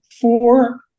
four